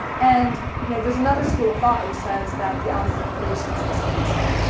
and you know there's another school of thought which says that the opposite of innovation is execution.